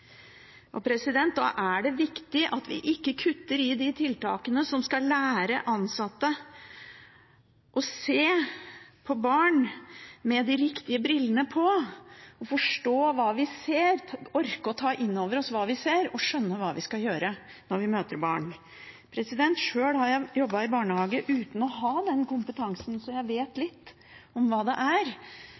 Da er det viktig at vi ikke kutter i de tiltakene som skal lære ansatte å se på barn, med de riktige brillene på, forstå hva man ser, orke å ta inn over seg hva man ser og skjønne hva man skal gjøre når man møter barn. Sjøl har jeg jobbet i barnehage uten å ha den kompetansen, så jeg vet litt om hvordan det er